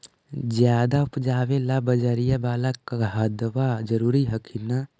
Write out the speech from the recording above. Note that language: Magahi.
ज्यादा उपजाबे ला बजरिया बाला खदबा जरूरी हखिन न?